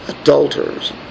adulterers